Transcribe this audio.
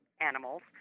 animals